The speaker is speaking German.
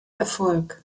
erfolg